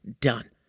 done